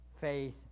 faith